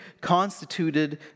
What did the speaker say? constituted